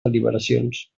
deliberacions